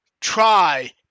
Try